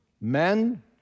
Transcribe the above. Men